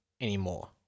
anymore